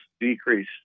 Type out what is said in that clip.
decrease